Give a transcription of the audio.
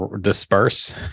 disperse